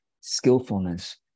skillfulness